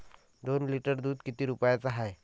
दोन लिटर दुध किती रुप्याचं हाये?